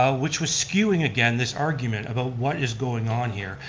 ah which was skewing again this argument about what is going on here?